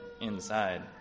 inside